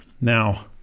Now